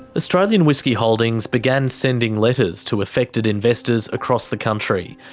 australian whisky holdings began sending letters to affected investors across the country.